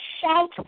shout